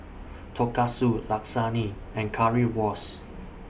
Tonkatsu Lasagne and Currywurst